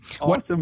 awesome